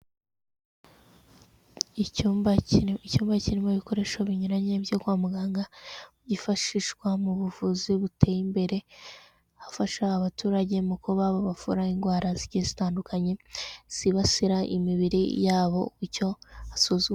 Icyumba icyumba kirimo ibikoresho binyuranye byo kwa muganga byifashishwa mu buvuzi buteye imbere hafasha abaturage mu kuba bababavura indwara zigiye zitandukanye zibasira imibiri yabo icyo asuzu..